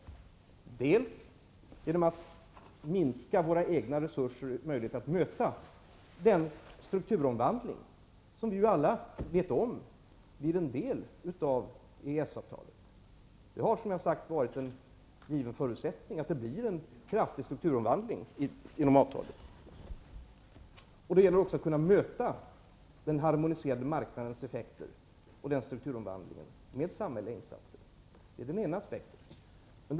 Först och främst sker det genom att man minskar våra egna resurser och våra möjligheter att möta den strukturomvandling som, enligt vad alla vet, blir en del av EES-avtalet. Att det genom avtalet blir en kraftig strukturomvandling har, som jag har sagt, varit en given förutsättning. Det gäller också att kunna möta den harmoniserade marknaden och den strukturomvandlingen med samhälleliga insatser. -- Det är den ena aspekten.